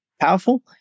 powerful